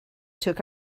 took